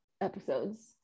episodes